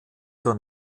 zur